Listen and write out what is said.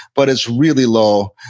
but it's really low.